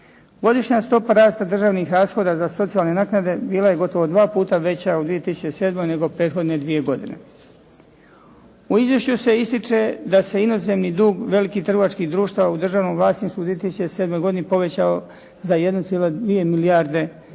Godišnja stopa rasta državnih rashoda za socijalne naknade bila je gotovo dva puta veća u 2007. nego prethodne dvije godine. U izvješću se ističe da se inozemni dug velikih trgovačkih društava u državnom vlasništvu u 2007. godini povećao za 1,2 milijarde eura,